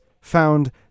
found